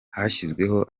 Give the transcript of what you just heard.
hashyizweho